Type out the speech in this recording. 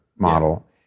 model